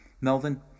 Melvin